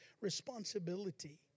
responsibility